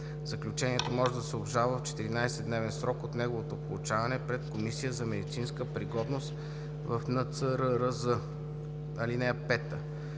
Заключението може да се обжалва в 14 дневен срок от неговото получаване пред комисия за медицинска пригодност в НЦРРЗ. (5) Комисията